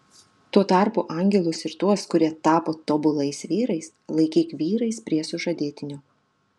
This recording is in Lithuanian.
tuo tarpu angelus ir tuos kurie tapo tobulais vyrais laikyk vyrais prie sužadėtinio